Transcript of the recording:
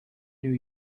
new